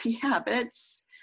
habits